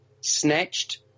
snatched